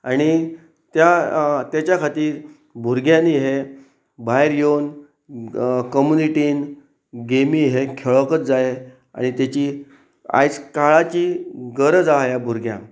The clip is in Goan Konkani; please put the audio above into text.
आनी त्या तेच्या खातीर भुरग्यांनी हे भायर येवन कम्युनिटीन गेमी हे खेळकच जाय आनी तेची आयज काळाची गरज आहा ह्या भुरग्यांक